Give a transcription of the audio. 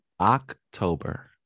October